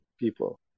people